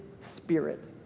spirit